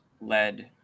led